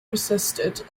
persisted